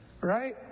right